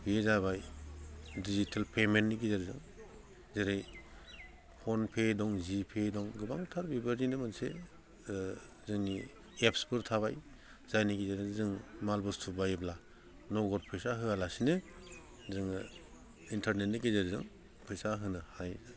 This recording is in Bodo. बियो जाबाय डिजिटेल पेमेन्टनि गेजेरजों जेरै फनपे दं जिपे दं गोबांथार बेबायदिनो मोनसे जोंनि एप्सफोर थाबाय जायनि गेजेरजों जोङो माल बुस्तु बायोब्ला नगद फैसा होआलासिनो जोङो इन्टारनेटनि गेजेरजों फैसा होनो हायो